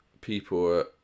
people